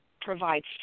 provides